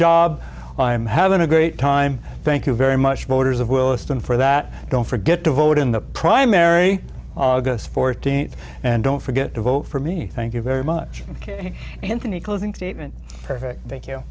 job i'm having a great time thank you very much voters of willesden for that don't forget to vote in the primary august fourteenth and don't forget to vote for me thank you very much anthony closing statement perfect thank